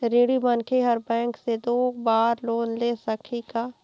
ऋणी मनखे हर बैंक से दो बार लोन ले सकही का?